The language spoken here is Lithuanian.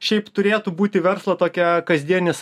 šiaip turėtų būti verslo tokia kasdienis